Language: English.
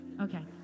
Okay